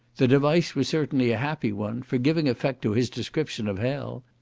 the device was certainly a happy one for giving effect to his description of hell.